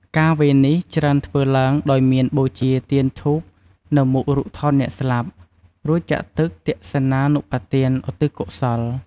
ការវេរនេះច្រើនធ្វើឡើងដោយមានបូជាទៀនធូបនៅមុខរូបថតអ្នកស្លាប់ រួចចាក់ទឹកទក្សិណានុប្បទានឧទ្ទិសកុសល។